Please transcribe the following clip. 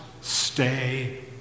stay